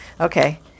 Okay